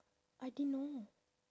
I didn't know